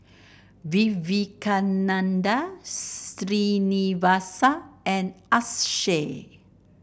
Vivekananda Srinivasa and Akshay